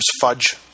fudge